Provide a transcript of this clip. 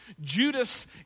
Judas